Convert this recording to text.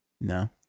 No